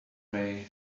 may